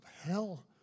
hell